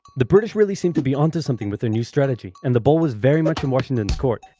the british really seemed to be onto something with their new strategy, and the ball was very much in washington's court.